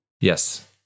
Yes